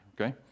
okay